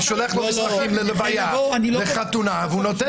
אני שולח לו מסמכים להלוויה, לחתונה וכולי.